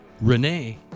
Renee